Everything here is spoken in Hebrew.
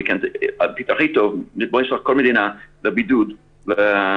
הכי טוב בואו נשלח כל מדינה לבידוד שנתיים,